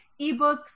ebooks